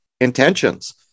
intentions